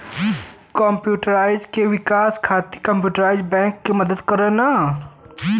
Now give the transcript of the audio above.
community क विकास खातिर कम्युनिटी बैंक मदद करलन